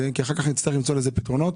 כי אחר כך נצטרך למצוא לזה פתרונות.